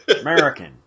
American